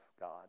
God